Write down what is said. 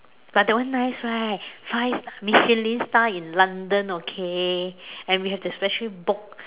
but that one nice right five Michelin star in London okay and we have to specially book